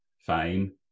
fame